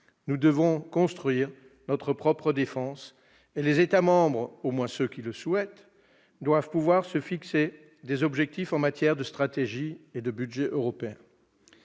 Nous devons construire notre propre défense, et les États membres, au moins ceux qui le souhaitent, doivent pouvoir se fixer des objectifs en matière de stratégie et de budget européen.